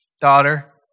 daughter